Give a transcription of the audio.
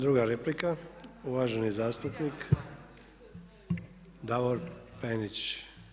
Druga replika uvaženi zastupnik Davor Penić.